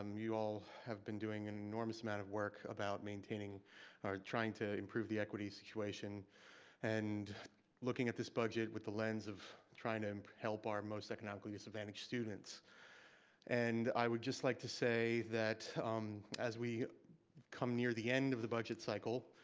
um you all have been doing an enormous amount of work about maintaining our trying to improve the equity situation and looking at this budget with the lens of trying to help our most economically disadvantaged students and i would just like to say that as we come near the end of the budget cycle,